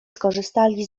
skorzystali